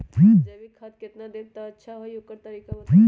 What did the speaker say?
जैविक खाद केतना देब त अच्छा होइ ओकर तरीका बताई?